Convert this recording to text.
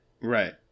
Right